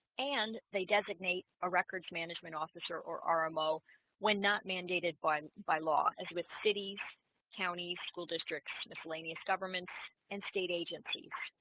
and they designate a records management officer or our ah mo when not mandated but by law as with cities county school district miscellaneous governments and state agencies